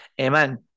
Amen